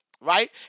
right